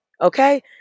Okay